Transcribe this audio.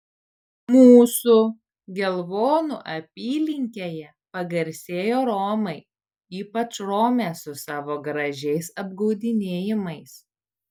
mūsų gelvonų apylinkėje pagarsėjo romai ypač romės su savo gražiais apgaudinėjimais